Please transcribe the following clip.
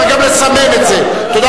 מה